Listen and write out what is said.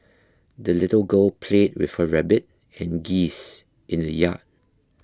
the little girl played with her rabbit and geese in the yard